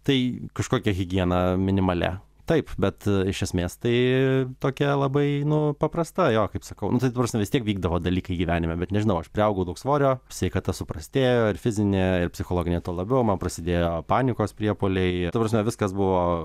tai kažkokia higieną minimalia taip bet iš esmės tai tokia labai nu paprasta jo kaip sakau ta prasme vis tiek vykdavo dalykai gyvenime bet nežinau aš priaugau daug svorio sveikata suprastėjo ir fizinė ir psichologinė tuo labiau man prasidėjo panikos priepuoliai ta prasme viskas buvo